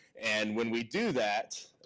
and when we do that,